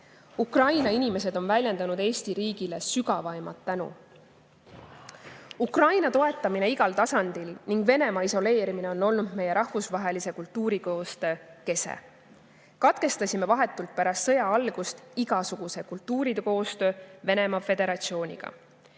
Ukraina inimesed on väljendanud Eesti riigile sügavaimat tänu. Ukraina toetamine igal tasandil ning Venemaa isoleerimine on olnud meie rahvusvahelise kultuurikoostöö kese. Katkestasime vahetult pärast sõja algust igasuguse kultuurikoostöö Venemaa Föderatsiooniga.